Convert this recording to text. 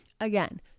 Again